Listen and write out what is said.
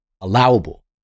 allowable